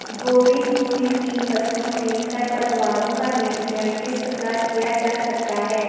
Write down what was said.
गोभी फूल की फसलों में खरपतवारों का नियंत्रण किस प्रकार किया जा सकता है?